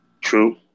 true